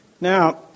Now